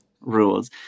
rules